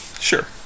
Sure